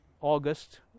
August